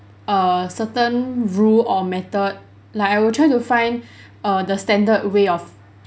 err certain rule or method like I will try to find err the standard way of